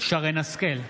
שרן מרים השכל,